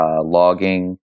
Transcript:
logging